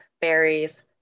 berries